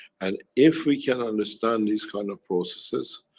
and if we can understand these kind of processes,